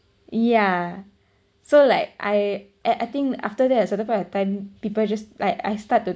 yeah so like I I I think after that a certain point of time people just like I start to